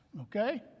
Okay